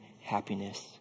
happiness